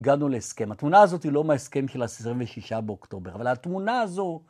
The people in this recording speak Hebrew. הגענו להסכם. התמונה הזאת היא לא מההסכם של 26 באוקטובר, אבל התמונה הזו...